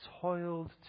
toiled